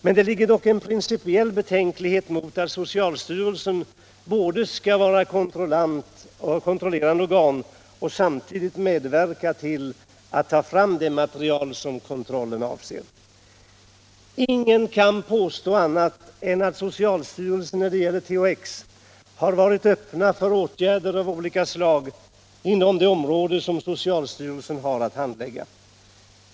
Men det finns dock en principiell betänklighet mot att socialstyrelsen skall både vara kontrollerande organ och samtidigt medverka till att ta fram det material som kontrollen avser. Ingen kan påstå annat än att socialstyrelsen när det gäller THX har varit öppen för olika slag av åtgärder inom det område som socialstyrelsen har att handlägga.